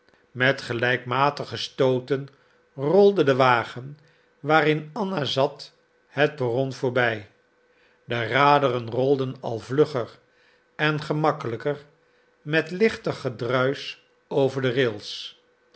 met gelijkmatige stooten rolde de wagen waarin anna zat het perron voorbij de raderen rolden al vlugger en gemakkelijker met lichter gedruis over de rails